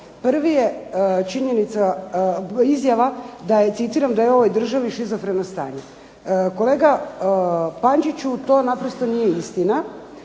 izjava da je citiram da je u ovoj državi šizofreno stanje. Kolega Pančiću to naprosto nije istina.